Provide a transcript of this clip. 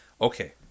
Okay